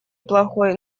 плохой